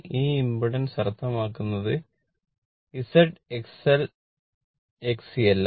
ഈ ഇംപെഡൻസ് അർത്ഥമാക്കുന്നത് Z XL XC എല്ലാം